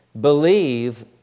believe